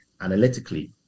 analytically